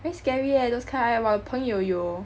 very scary eh those kind 我的朋友有